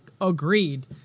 agreed